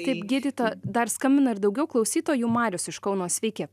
taip gydytoja dar skambina ir daugiau klausytojų marius iš kauno sveiki